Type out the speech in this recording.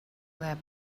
lap